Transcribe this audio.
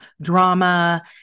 drama